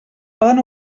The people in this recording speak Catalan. poden